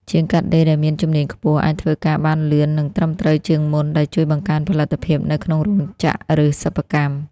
ជាងកាត់ដេរដែលមានជំនាញខ្ពស់អាចធ្វើការបានលឿន និងត្រឹមត្រូវជាងមុន ដែលជួយបង្កើនផលិតភាពនៅក្នុងរោងចក្រ ឬសិប្បកម្ម។